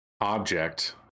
object